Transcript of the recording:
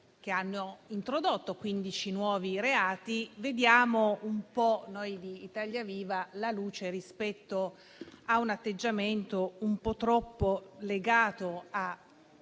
che hanno introdotto 15 nuovi reati, noi di Italia Viva vediamo la luce rispetto a un atteggiamento un po' troppo legato a